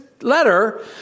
letter